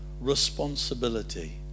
responsibility